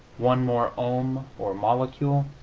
one more ohm, or molecule,